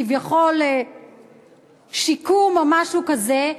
כביכול שיקום או משהו כזה,